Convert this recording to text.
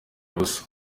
ubusa